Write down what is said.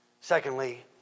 Secondly